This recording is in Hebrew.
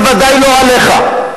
בוודאי לא עליך.